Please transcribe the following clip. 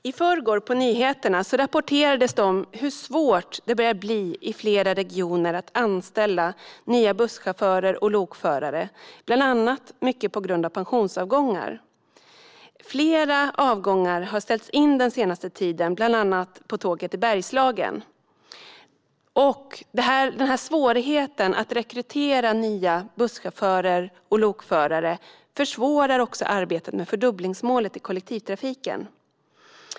I förrgår på nyheterna rapporterades det om hur svårt det börjar bli i flera regioner att anställa nya busschaufförer och lokförare, mycket på grund av pensionsavgångar. Flera avgångar har ställts in senaste tiden, bland annat på tåg i Bergslagen. Den här svårigheten att rekrytera nya busschaufförer och lokförare försvårar också arbetet med fördubblingsmålet i kollektivtrafiken.